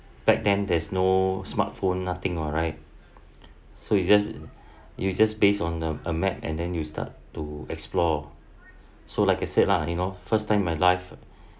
back then there's no smartphone nothing alright so you just you just based on the a map and then you start to explore so like I said lah you know first time in my life